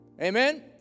Amen